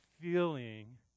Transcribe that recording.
feeling